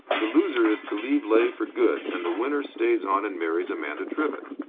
the loser is to leave leigh for good, and the winner stays on and marries amanda trivett.